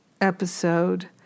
episode